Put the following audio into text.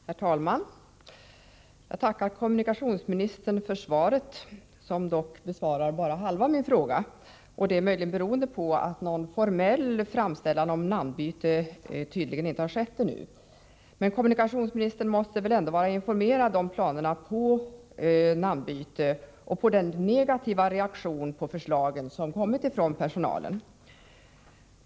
Herr talman! Jag tackar kommunikationsministern för svaret, som dock besvarar bara halva min fråga. Det beror möjligen på att någon formell framställan om namnbyte tydligen ännu inte gjorts. Men kommunikationsministern måste ändå vara informerad om planerna på namnbyte och om den negativa reaktion på förslagen som kommit från personalen.